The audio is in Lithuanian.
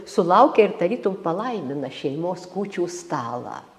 sulaukia ir tarytum palaimina šeimos kūčių stalą